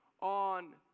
on